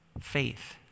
Faith